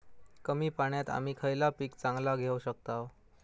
कमी पाण्यात आम्ही खयला पीक चांगला घेव शकताव?